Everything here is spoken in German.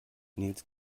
nils